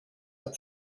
are